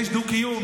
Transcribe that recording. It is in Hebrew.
(חבר הכנסת ווליד טאהא יוצא מאולם המליאה.) יש דו-קיום,